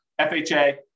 FHA